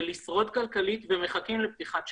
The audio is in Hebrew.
ולשרוד כלכלית ומחכים לפתיחת השמיים.